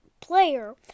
player